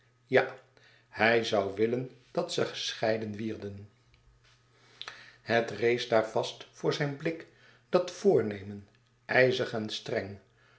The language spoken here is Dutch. ja hij zoû willen dat ze gescheiden wierden het rees daar vast voor zijn blik dat voornemen ijzig en streng